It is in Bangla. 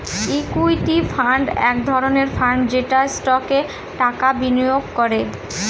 ইকুইটি ফান্ড এক ধরনের ফান্ড যেটা স্টকে টাকা বিনিয়োগ করে